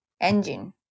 engine